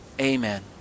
Amen